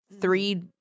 Three